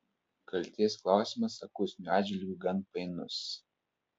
kaltės klausimas akustiniu atžvilgiu gan painus